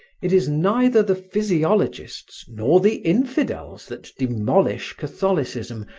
it is neither the physiologists nor the infidels that demolish catholicism,